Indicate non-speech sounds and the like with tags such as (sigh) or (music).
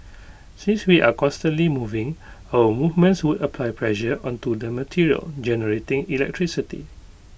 (noise) since we are constantly moving our movements would apply pressure onto the material generating electricity